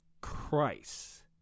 Christ